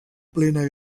plena